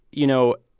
you know,